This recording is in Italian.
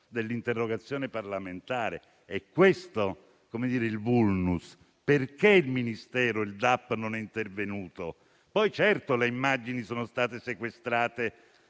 dell'interrogazione parlamentare. È questo il *vulnus.* Perché il Ministero, il DAP, non è intervenuto? Certo, poi le immagini sono state sequestrate